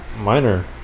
minor